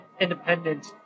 independent